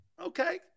Okay